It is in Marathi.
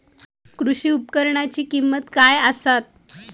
कृषी उपकरणाची किमती काय आसत?